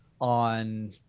on